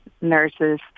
nurses